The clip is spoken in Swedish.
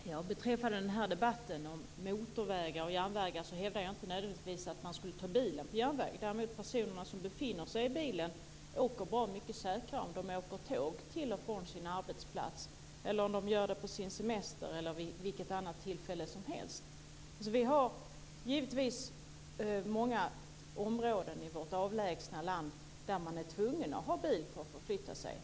Fru talman! Beträffande den här debatten om motorvägar och järnvägar hävdar jag inte nödvändigtvis att man skulle ta bilen på järnvägen. Personerna som befinner sig i bilen åker däremot bra mycket säkrare om de åker tåg till och från sina arbetsplatser eller på sin semester eller vid vilket annat tillfälle som helst. Vi har givetvis många områden i vårt avlånga land där man är tvungen att ha bil för att förflytta sig.